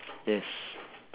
yes